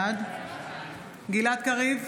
בעד גלעד קריב,